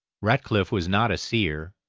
ratcliff was not a seer,